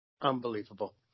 Unbelievable